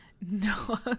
No